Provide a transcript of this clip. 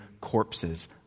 corpses